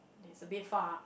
he's a bit far